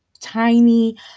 tiny